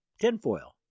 tinfoil